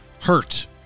hurt